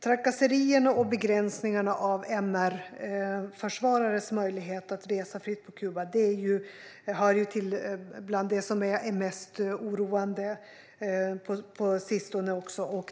Trakasserierna och begränsningarna av MR-försvarares möjligheter att resa fritt på Kuba hör till det som är mest oroande på sistone.